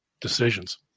decisions